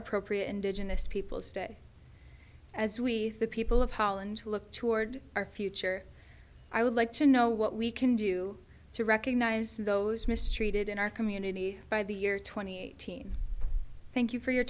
appropriate indigenous peoples day as we the people of holland look toward our future i would like to know what we can do to recognize those mistreated in our community by the year twenty eighteen thank you for your